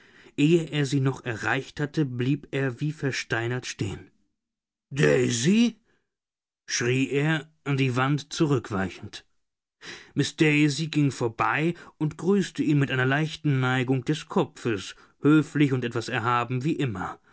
ehe er sie noch erreicht hatte blieb er wie versteinert stehen daisy schrie er an die wand zurückweichend miß daisy ging vorbei und grüßte ihn mit einer leichten neigung des kopfes höflich und etwas erhaben wie immer